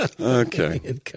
Okay